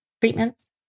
treatments